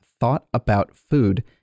thoughtaboutfood